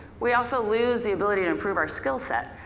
we also lose the ability to improve our skill set.